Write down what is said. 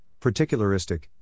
particularistic